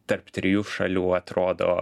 tarp trijų šalių atrodo